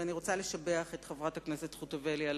ואני רוצה לשבח את חברת הכנסת חוטובלי על